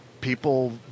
People